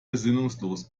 besinnungslos